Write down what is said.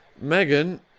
megan